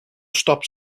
stops